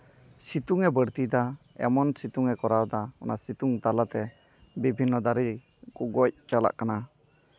ᱥᱤᱛᱩᱝ ᱮ ᱵᱟᱹᱲᱛᱤᱭᱮᱫᱟ ᱮᱢᱚᱱ ᱥᱤᱛᱩᱝ ᱮ ᱠᱚᱨᱟᱣᱮᱫᱟ ᱚᱱᱟ ᱥᱤᱛᱩᱝ ᱛᱟᱞᱟᱛᱮ ᱵᱤᱵᱷᱤᱱᱱᱚ ᱫᱟᱨᱮ ᱠᱚ ᱜᱚᱡ ᱪᱟᱞᱟᱜ ᱠᱟᱱᱟ